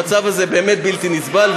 המצב הזה באמת בלתי נסבל.